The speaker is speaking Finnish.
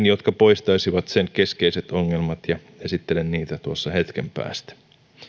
jotka poistaisivat sen keskeiset ongelmat esittelen niitä tuossa hetken päästä